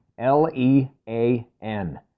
L-E-A-N